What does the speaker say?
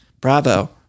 Bravo